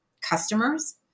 customers